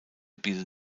the